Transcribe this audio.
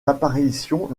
apparitions